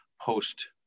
post